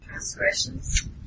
transgressions